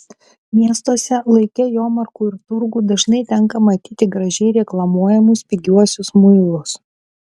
miestuose laike jomarkų ir turgų dažnai tenka matyti gražiai reklamuojamus pigiuosius muilus